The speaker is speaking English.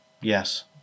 Yes